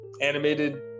animated